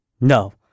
No